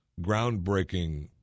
Groundbreaking